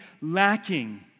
lacking